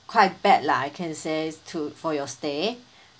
quite bad lah I can say to for your stay